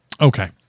Okay